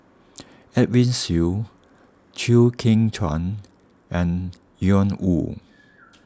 Edwin Siew Chew Kheng Chuan and Ian Woo